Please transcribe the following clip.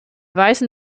weisen